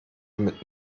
mit